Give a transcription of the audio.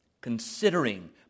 considering